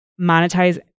monetize